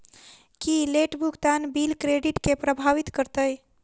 की late भुगतान bill credit केँ प्रभावित करतै?